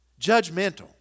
Judgmental